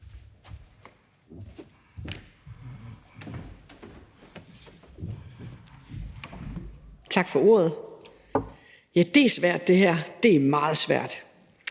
Tak for ordet. Det er svært det her – det er meget svært.